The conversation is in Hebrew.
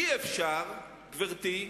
אי-אפשר, גברתי,